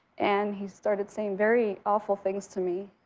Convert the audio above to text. and he started saying very awful things to me,